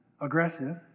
aggressive